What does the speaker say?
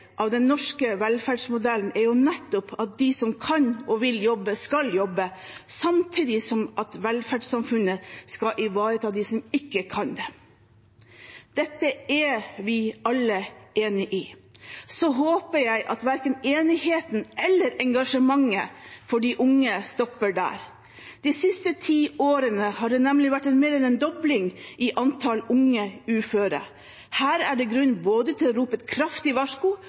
av den norske velferdsmodellen er nettopp at de som kan og vil jobbe, skal jobbe, samtidig som velferdssamfunnet skal ivareta dem som ikke kan det. Dette er vi alle enig i – så håper jeg at verken enigheten eller engasjementet for de unge stopper der. De siste ti årene har det nemlig vært mer enn en dobling i antallet unge uføre. Her er det grunn til både å rope et kraftig varsko